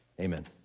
amen